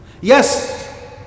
Yes